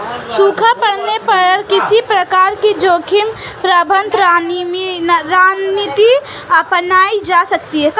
सूखा पड़ने पर किस प्रकार की जोखिम प्रबंधन रणनीति अपनाई जा सकती है?